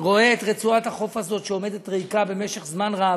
רואה את רצועת החוף הזאת שעומדת ריקה זה זמן רב.